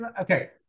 okay